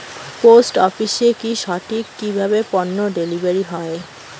Post অফিসে কি সঠিক কিভাবে পন্য ডেলিভারি হয়?